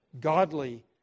godly